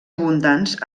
abundants